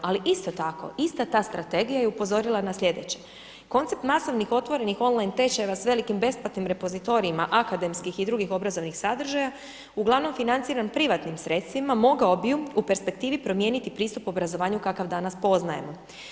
Ali isto tako, ista ta strategija je upozorila na slijedeće, koncept masovnih otvorenih on line tečajeva s velikim besplatnim repozitorijima akademskih i drugih obrazovnih sadržaja, uglavnom financiran privatnim sredstvima, mogao bi u perspektivi promijeniti pristup obrazovanju kakav danas poznajemo.